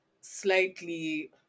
slightly